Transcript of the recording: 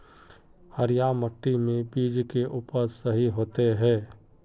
हरिया मिट्टी में बीज के उपज सही होते है?